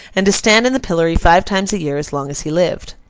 and to stand in the pillory five times a year as long as he lived.